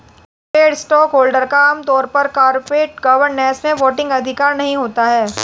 preferred stockholder का आम तौर पर कॉरपोरेट गवर्नेंस में वोटिंग अधिकार नहीं होता है